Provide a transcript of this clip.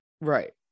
Right